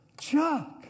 Chuck